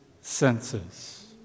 senses